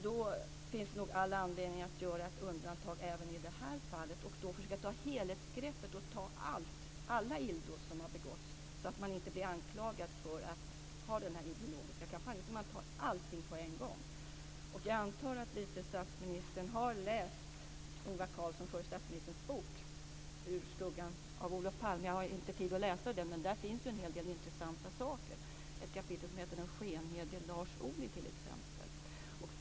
Då finns det nog all anledning att göra ett undantag även i det här fallet, att försöka ta ett helhetsgrepp och ta upp alla illdåd som har begåtts, så att man inte blir anklagad för att föra en ideologisk kampanj. Jag antar att vice statsministern har läst förre statsministern Ingvar Carlssons bok Ur skuggan av Olof Palme. Jag har inte tid att läsa ur den nu, men där finns en hel del intressanta saker. Ett kapitel heter Den skenhelige Lars Ohly.